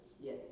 Yes